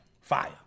fire